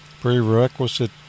prerequisite